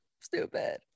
stupid